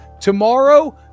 tomorrow